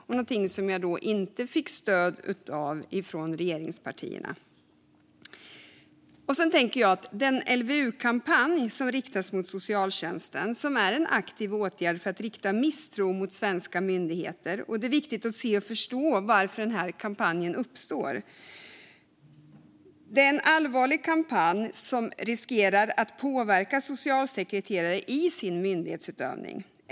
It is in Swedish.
Jag fick dock inte stöd för detta av regeringspartierna. Den LVU-kampanj som har riktats mot socialtjänsten är en aktiv åtgärd för att rikta misstro mot svenska myndigheter. Det är viktigt att se och förstå varför denna kampanj har uppstått. Det är en allvarlig kampanj som riskerar att påverka socialsekreterare i deras myndighetsutövning.